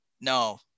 No